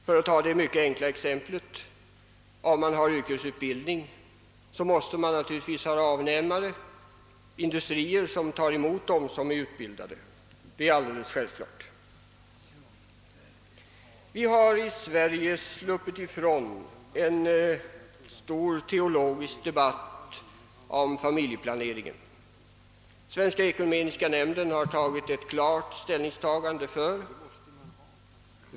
För att ta ett mycket enkelt exempel vill jag säga att man, om man lämnar yrkesutbildning, naturligtvis också måste ha avnämare för denna, d.v.s. industrier som tar emot dem som blivit utbildade. Detta är alldeles självklart. Vi har i Sverige sluppit ifrån en stor teologisk debatt om familjeplaneringen, Den svenska ekumeniska nämnden har tagit klar ställning för familjeplaneringen.